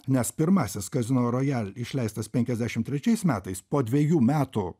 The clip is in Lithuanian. nes pirmąsias casino royal išleistas penkiasdešim trečiais metais po dvejų metų